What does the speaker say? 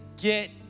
get